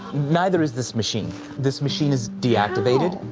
neither is this machine. this machine is deactivated.